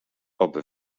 oby